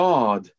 God